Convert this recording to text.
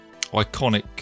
iconic